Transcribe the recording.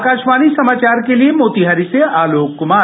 आकाशवाणी समाचार के लिए मोतिहारी से आलोक कुमार